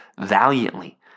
valiantly